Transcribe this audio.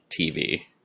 tv